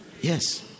Yes